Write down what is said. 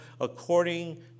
according